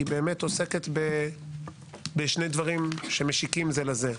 כי היא באמת עוסקת בשני דברים שמשיקים זה לזה.